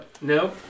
No